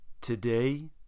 Today